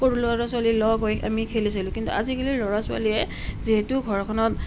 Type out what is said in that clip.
সৰু ল'ৰা ছোৱালী লগ হৈ আমি খেলিছিলোঁ কিন্তু আজিকালি ল'ৰা ছোৱালীয়ে যিহেতু ঘৰখনত